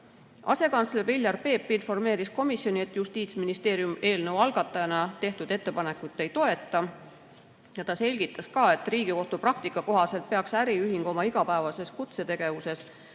Asekantsler Viljar Peep informeeris komisjoni, et Justiitsministeerium eelnõu algatajana tehtud ettepanekut ei toeta. Ta selgitas, et Riigikohtu praktika kohaselt peaks äriühing oma igapäevases kutsetegevuses